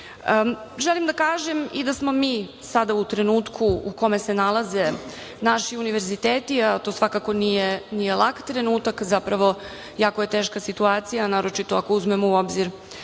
da kažem i da smo mi u sada u trenutku u kome se nalaze naši univerziteti, a to svakako nije lak trenutak, zapravo jako je teška situacija, naročito ako uzmemo u obzir